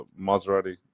Maserati